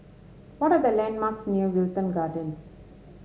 what are the landmarks near Wilton Gardens